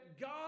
God